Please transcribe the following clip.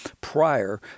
prior